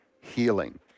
healing